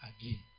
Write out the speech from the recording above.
again